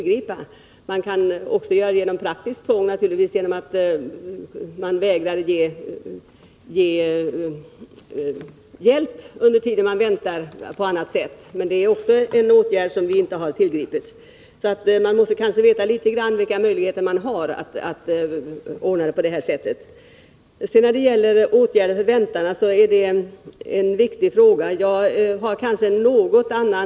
Naturligtvis skulle man också kunna tillgripa praktiskt tvång genom att vägra ge de asylsökande hjälp under tiden de väntar här eller på annat sätt, men det är en åtgärd som vi inte vill vidta. Man måste alltså i det här avseendet ta hänsyn till vilka möjligheter vi har att ordna det så som Per Arne Aglert talar om. När det sedan gäller vilka åtgärder man bör vidta för att underlätta för dem som väntar här vill jag säga att detta är en viktig fråga.